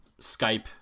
Skype